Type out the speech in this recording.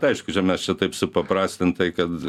aišku čia mes čia taip supaprastintai kad